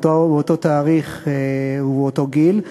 באותו תאריך ובאותו גיל.